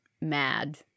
mad